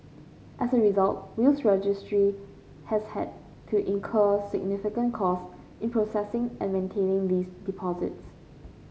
as a result Wills Registry has had to incur significant cost in processing and maintaining these deposits